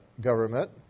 government